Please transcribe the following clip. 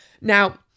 Now